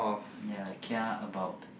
ya kia about